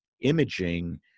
imaging